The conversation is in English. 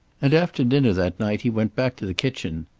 and after dinner that night he went back to the kitchen.